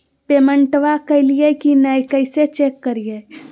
पेमेंटबा कलिए की नय, कैसे चेक करिए?